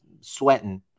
sweating